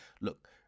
look